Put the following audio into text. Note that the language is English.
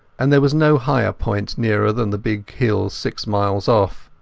and there was no higher point nearer than the big hills six miles off.